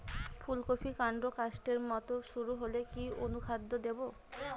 ফুলকপির কান্ড কাস্তের মত সরু হলে কি অনুখাদ্য দেবো?